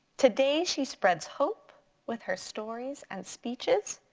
today she spreads hope with her stories and speeches.